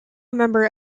member